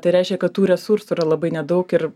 tai reiškia kad tų resursų yra labai nedaug ir